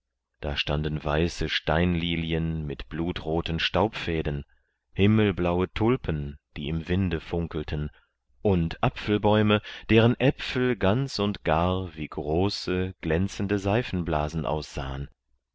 da standen weiße steinlilien mit blutroten staubfäden himmelblaue tulpen die im winde funkelten und äpfelbäume deren äpfel ganz und gar wie große glänzende seifenblasen aussahen